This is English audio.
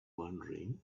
wondering